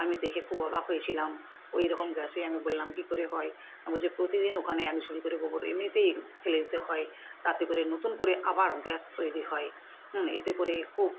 আমি দেখে খুব অবাক হয়েছিলাম ওই রকম গ্যাসে আমি বললাম কী করে হয় তখন বলছে প্রতিদিন ওখানে আমি ঝুড়ি করে গোবর এমনিতেই ফেলে দিতে হয় তাতে করে নতুন করে আবার গ্যাস তৈরি হয় এতে করে খুব